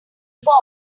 born